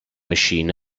machine